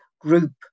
group